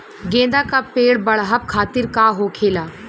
गेंदा का पेड़ बढ़अब खातिर का होखेला?